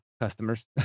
customers